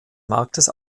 marktes